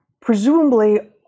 presumably